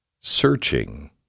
searching